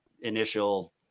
initial